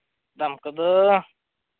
ᱫᱟᱢ ᱠᱚᱫᱚ